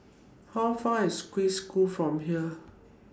How Far IS Swiss School from here